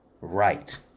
Right